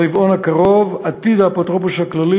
ברבעון הקרוב עתיד האפוטרופוס הכללי